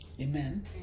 Amen